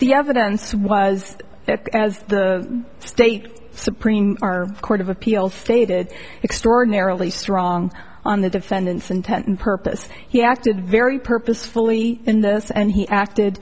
the evidence was that as the state supreme court of appeal faded extraordinarily strong on the defendant's intent and purpose he acted very purposefully in this and he acted